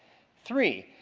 three,